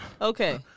okay